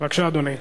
בבקשה, אדוני.